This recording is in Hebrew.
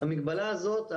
המגבלה הזאת,